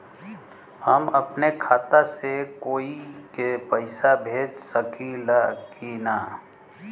हम अपने खाता से कोई के पैसा भेज सकी ला की ना?